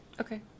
okay